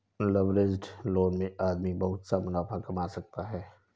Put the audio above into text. leveraged loan में आदमी बहुत सा मुनाफा कमा सकता है